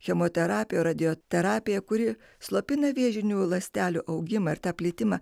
chemoterapija radioterapija kuri slopina vėžinių ląstelių augimą ir tą plitimą